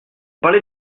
parlez